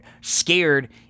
scared